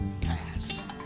pass